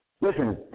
listen